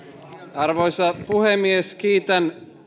arvoisa puhemies kiitän